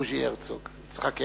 יצחק הרצוג.